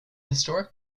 historic